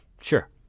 Sure